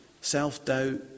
self-doubt